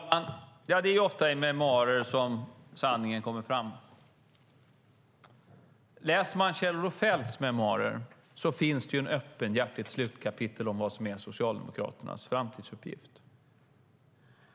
Herr talman! Ja, det är ofta i memoarer som sanningen kommer fram. I Kjell-Olof Feldts memoarer finns det ett öppenhjärtigt slutkapitel om vad som är Socialdemokraternas framtidsuppgift.